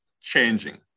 changing